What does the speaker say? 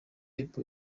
y’epfo